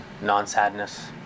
non-sadness